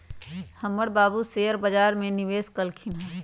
हमर बाबू शेयर बजार में निवेश कलखिन्ह ह